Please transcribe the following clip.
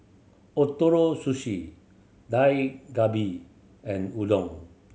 Ootoro Sushi Dak Galbi and Udon